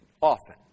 often